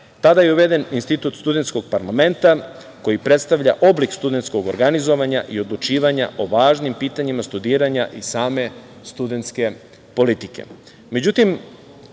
Tada je uveden institut studentskog parlamenta koji predstavlja oblik studentskog organizovanja i odlučivanja o važnim pitanjima studiranja i same studentske politike.Međutim,